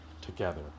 together